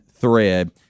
Thread